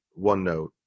OneNote